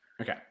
Okay